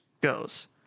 goes